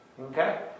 Okay